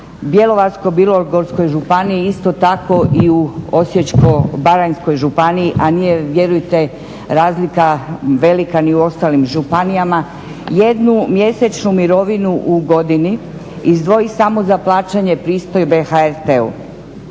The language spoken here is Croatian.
Bjelovarsko-bilogorskoj županiji isto tako i u Osječko-baranjskoj županiji a nije vjerujte razlika velika ni u ostalim županijama, jednu mjesečnu mirovinu u godini izdvoji samo za plaćanje pristojbe HRT-u.